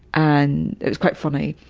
and it's quite funny,